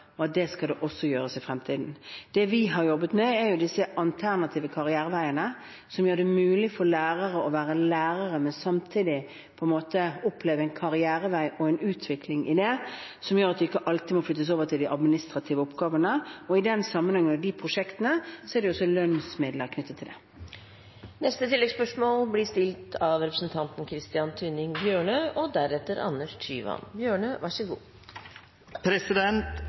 og at det skal det også i fremtiden. Det vi har jobbet med, er de alternative karriereveiene som gjør det mulig for lærere å være lærer, men samtidig på en måte oppleve en karrierevei, og en utvikling i det, som gjør at man ikke alltid må flyttes over til administrative oppgaver. I den sammenheng og til de prosjektene er det også knyttet lønnsmidler. Christian Tynning Bjørnø – til oppfølgingsspørsmål. Vi lever i skiftende tider – politisk, demokratisk og